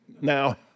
Now